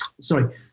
sorry